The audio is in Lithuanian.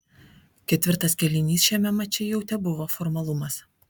ketvirtas kėlinys šiame mače jau tebuvo formalumas